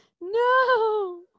No